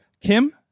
Kim